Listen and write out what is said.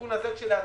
התיקון הזה כשלעצמו